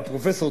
הפרופסור